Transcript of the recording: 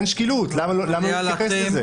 אין שקילות, למה לא להתייחס לזה?